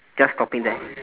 just stopping there